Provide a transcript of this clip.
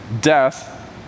death